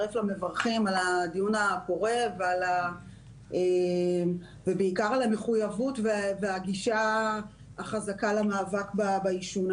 לברכות על הדיון הפורה ובעיקר על המחויבות והגישה החזקה למאבק בעישון.